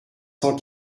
cent